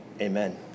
Amen